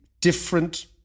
different